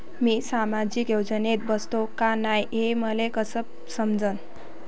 मी सामाजिक योजनेत बसतो का नाय, हे मले कस समजन?